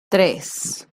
tres